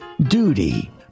duty